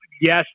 yes